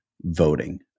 voting